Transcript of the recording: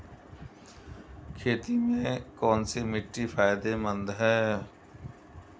खेती में कौनसी मिट्टी फायदेमंद है?